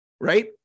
right